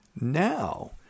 Now